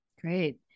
Great